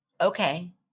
Okay